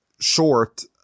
short